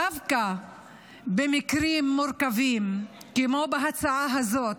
דווקא במקרים מורכבים כמו בהצעה הזאת,